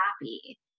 happy